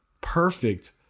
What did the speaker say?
perfect